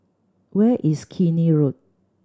where is Keene Road